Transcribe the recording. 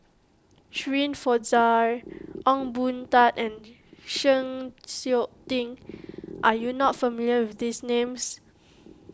Shirin Fozdar Ong Boon Tat and Chng Seok Tin are you not familiar with these names